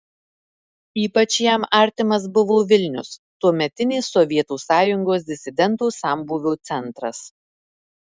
ypač jam artimas buvo vilnius tuometinės sovietų sąjungos disidentų sambūvio centras